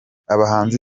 abahanzi